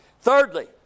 Thirdly